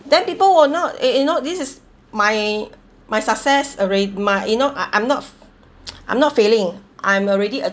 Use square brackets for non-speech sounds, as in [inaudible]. then people will not you you know this is my my success alre~ my you know I I'm not [noise] I'm not failing I'm already uh